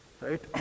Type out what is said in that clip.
right